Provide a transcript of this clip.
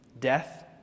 Death